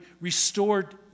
restored